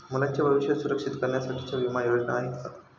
मुलांचे भविष्य सुरक्षित करण्यासाठीच्या विमा योजना आहेत का?